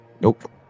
Nope